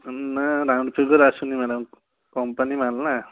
ନା round figure ଆସୁନି madam company ମାଲ୍ ନା